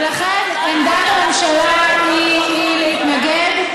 ולכן עמדת הממשלה היא להתנגד.